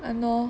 !hannor!